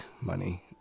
money